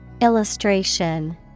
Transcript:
Illustration